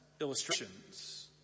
illustrations